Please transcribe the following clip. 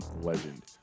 legend